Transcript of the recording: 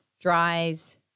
dries